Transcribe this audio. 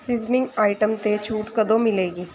seasoning item 'ਤੇ ਛੂਟ ਕਦੋਂ ਮਿਲੇਗੀ